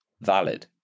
valid